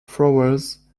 flowers